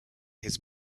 his